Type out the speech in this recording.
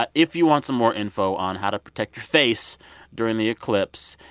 but if you want some more info on how to protect your face during the eclipse,